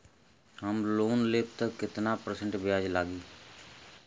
हम लोन लेब त कितना परसेंट ब्याज लागी?